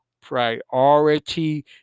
priority